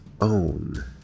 own